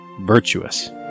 virtuous